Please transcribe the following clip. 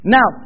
Now